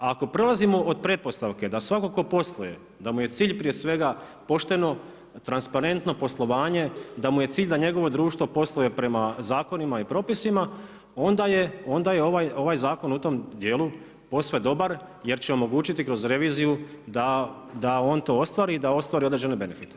Ako polazimo od pretpostavke da svatko tko posluje, da mu je cilj prije svega pošteno, transparentno poslovanje, da mu je cilj da njegovo društvo posluje prema zakonima i propisima onda je ovaj zakon u tom dijelu posve dobar jer će omogućiti kroz reviziju da on to ostvari i da ostvari određene benefite.